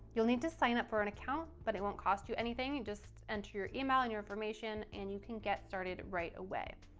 you'll need to sign up for an account but it won't cost you anything. just enter your email and your information and you can get started right away.